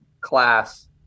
class